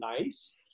nice